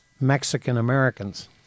Mexican-Americans